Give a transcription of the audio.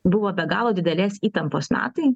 buvo be galo didelės įtampos metai